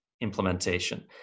implementation